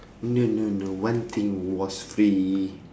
no no no one thing was free